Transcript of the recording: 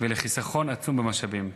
ולחיסכון עצום במשאבים.